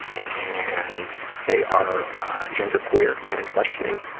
and they are gender queer and questioning,